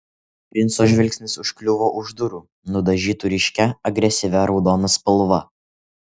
princo žvilgsnis užkliuvo už durų nudažytų ryškia agresyvia raudona spalva